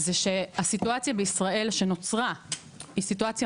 היא שהסיטואציה בישראל שנוצרה היא סיטואציה